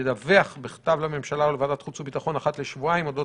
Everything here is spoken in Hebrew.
ידווח בכתב לממשלה ולוועדת החוץ והביטחון אחת לשבועיים אודות